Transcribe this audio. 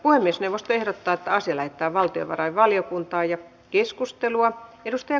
puhemiesneuvosto ehdottaa että asia lähetetään valtiovarainvaliokuntaan